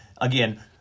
again